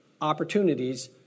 opportunities